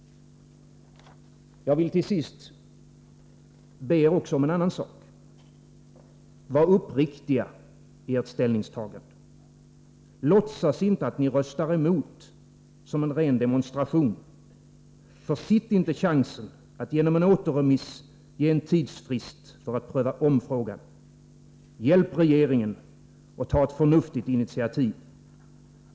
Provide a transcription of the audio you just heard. Jag vill till sist be er också om en annan sak: Var uppriktiga i ert ställningstagande! Låtsas inte att ni röstar emot som en ren demonstration. Försitt inte chansen att genom en återremiss ge en tidsfrist för en omprövning av frågan. Hjälp regeringen att ta ett förnuftigt initiativ.